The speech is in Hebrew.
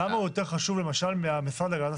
למה הוא יותר חשוב למשל מהמשרד להגנת הסביבה?